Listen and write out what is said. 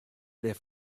there